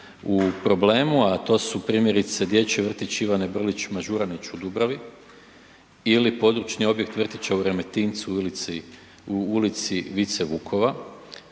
u problem, a to su primjerice Dječji vrtić Ivane Brlić Mažuranić u Dubravi ili područni objekt vrtića u Remetincu u ulici Vice Vukova,